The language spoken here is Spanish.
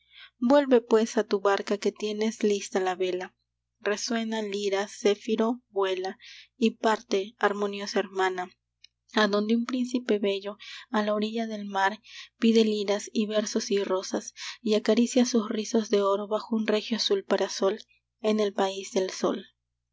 vuelve pues a tu barca que tienes lista la vela resuena lira céfiro vuela y parte harmoniosa hermana a donde un príncipe bello a la orilla del mar pide liras y versos y rosas y acaricia sus rizos de oro bajo un regio azul parasol en el país del sol